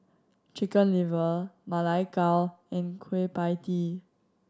Chicken Liver Ma Lai Gao and Kueh Pie Tee